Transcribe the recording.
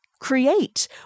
create